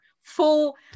full